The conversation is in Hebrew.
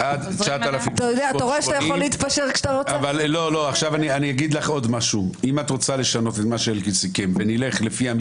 מאחר ואנחנו מנסים לעקוב גם לפי הדפים